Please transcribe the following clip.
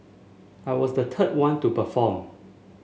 I was the third one to perform